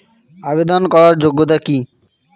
আবেদন করার যোগ্যতা কি?